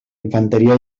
infanteria